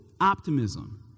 optimism